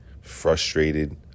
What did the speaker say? frustrated